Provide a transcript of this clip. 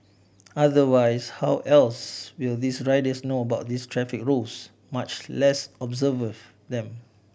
otherwise how else will these riders know about this traffic rules much less observe them